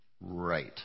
Right